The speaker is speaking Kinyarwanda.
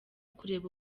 kureba